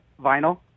Vinyl